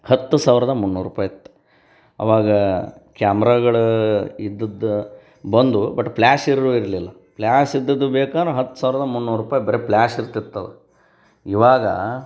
ಹತ್ತು ಸಾವಿರದ ಮುನ್ನೂರು ರೂಪಾಯ್ ಇತ್ತು ಅವಾಗ ಕ್ಯಾಮ್ರಾಗಳು ಇದ್ದದ್ದು ಬಂದವು ಬಟ್ ಪ್ಲ್ಯಾಶ್ ಇರು ಇರಲಿಲ್ಲ ಪ್ಲ್ಯಾಶ್ ಇದ್ದದ್ದು ಬೇಕಂದ್ರೆ ಹತ್ತು ಸಾವಿರದ ಮುನ್ನೂರು ರೂಪಾಯ್ ಬರೀ ಪ್ಲ್ಯಾಶ್ ಇರ್ತಿತ್ತು ಅದು ಇವಾಗ